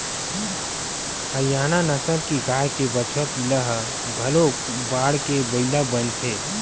हरियाना नसल के गाय के बछवा पिला ह घलोक बाड़के बइला बनथे